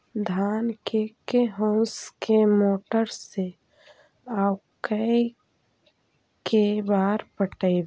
धान के के होंस के मोटर से औ के बार पटइबै?